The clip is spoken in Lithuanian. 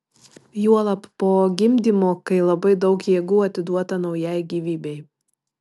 juolab po gimdymo kai labai daug jėgų atiduota naujai gyvybei